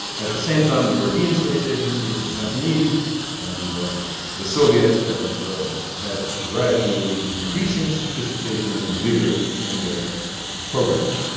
at the same time, the european space agency and the japanese and the soviets have had gradually increasing sophistication and vigor in their programs.